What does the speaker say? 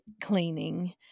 cleaning